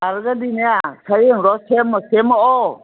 ꯑꯗꯨꯗꯒꯤꯅꯦ ꯁꯔꯦꯡꯗꯣ ꯁꯦꯝꯃꯣ ꯁꯦꯝꯃꯛꯑꯣ